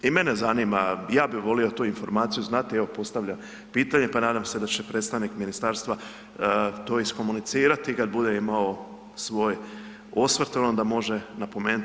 I mene zanima, i ja bih volio tu informaciju znati, evo, postavlja pitanje pa nadam se da će predstavnik ministarstva to iskomunicirati kad bude imao svoj osvrt ono da može napomenuti.